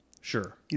Sure